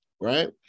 Right